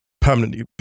permanently